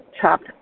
chopped